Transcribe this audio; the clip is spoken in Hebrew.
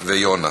ויונה.